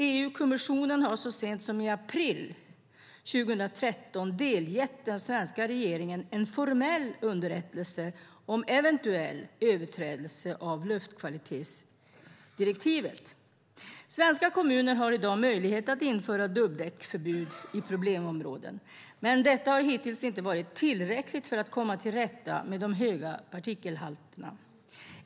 EU-kommissionen delgav så sent som i april 2013 den svenska regeringen en formell underrättelse om eventuell överträdelse av luftkvalitetsdirektivet. Svenska kommuner har i dag möjlighet att införa dubbdäcksförbud i problemområden, men detta har hittills inte varit tillräckligt för att komma till rätta med de höga partikelhalterna.